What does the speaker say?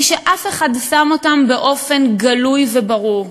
בלי שאף אחד שם אותם באופן גלוי וברור,